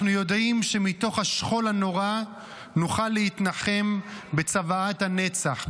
אנחנו יודעים שמתוך השכול הנורא נוכל להתנחם בצוואת הנצח,